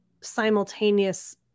simultaneous